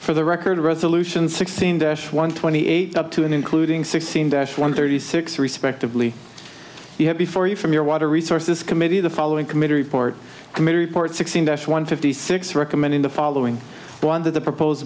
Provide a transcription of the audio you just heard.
for the record resolution sixteen dash one twenty eight up to and including sixteen dash one thirty six respectively we have before you from your water resources committee the following committee report committee report sixteen dash one fifty six recommend in the following one that the proposed